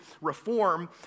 reform